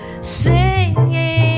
singing